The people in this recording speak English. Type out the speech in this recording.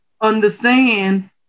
understand